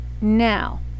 Now